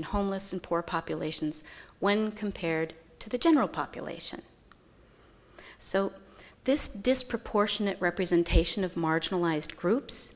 in homeless and poor populations when compared to the general population so this disproportionate representation of marginalized groups